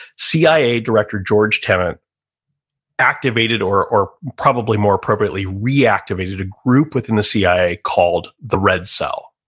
cia director, george tenet activated or, or probably more appropriately reactivated a group within the cia called the red cell.